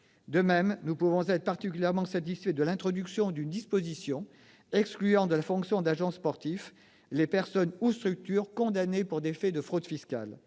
De même, nous pouvons être particulièrement satisfaits de l'introduction d'une disposition excluant de la fonction d'agent sportif les personnes ou structures condamnées pour des faits de fraude fiscale.